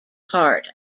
part